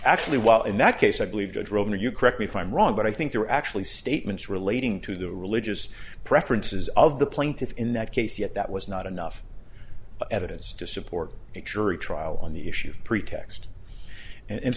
actually while in that case i believe judge roemer you correct me if i'm wrong but i think there are actually statements relating to the religious preferences of the plaintiffs in that case yet that was not enough evidence to support it jury trial on the issue pretext and